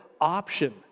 Option